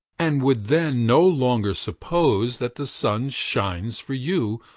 and would then no longer suppose that the sun shines for you,